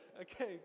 Okay